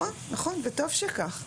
נכון, וטוב שכך.